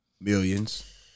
Millions